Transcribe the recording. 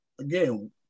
again